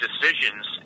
decisions